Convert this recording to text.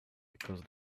because